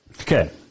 Okay